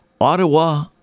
Ottawa